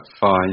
five